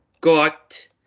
got